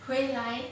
回来